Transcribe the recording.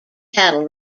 cattle